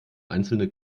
einzelne